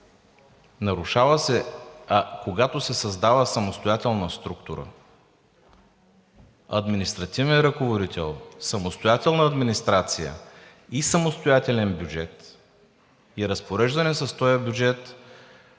Нарушава се – когато се създава самостоятелна структура, административен ръководител, самостоятелна администрация и самостоятелен бюджет и разпореждане с този бюджет,